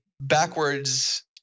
backwards